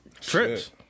Trips